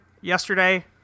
yesterday